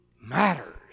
matters